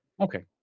Okay